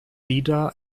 leader